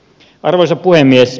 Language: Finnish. arvoisa puhemies